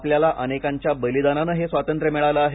आपल्याला अनेकांच्या बलिदानाने हे स्वातंत्र्य मिळाले आहे